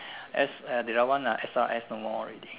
S uh the other one ah S R S no more already